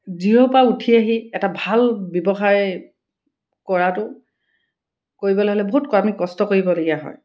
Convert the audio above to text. জিৰ'ৰপৰা উঠি আহি এটা ভাল ব্যৱসায় কৰাটো কৰিবলৈ হ'লে বহুত আমি কষ্ট কৰিবলগীয়া হয়